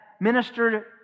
ministered